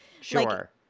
Sure